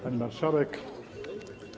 Pani Marszałek!